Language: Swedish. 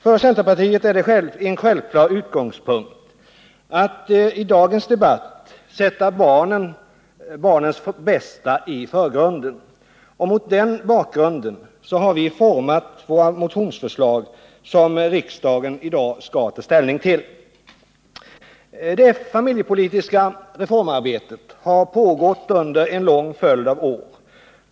För centerpartiet är det en självklar utgångspunkt att i dagens debatt sätta barnens bästa i förgrunden. Mot den bakgrunden har vi utformat våra motionsförslag, som riksdagen i dag skall ta ställning till. Det familjepolitiska reformarbetet har pågått under en lång följd av år.